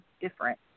different